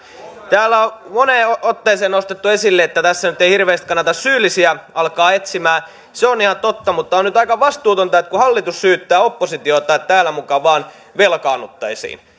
täällä on moneen otteeseen nostettu esille että tässä nyt ei hirveästi kannata syyllisiä alkaa etsimään se on ihan totta mutta on nyt aika vastuutonta että hallitus syyttää oppositiota että täällä muka vain velkaannuttaisiin